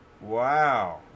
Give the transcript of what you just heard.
Wow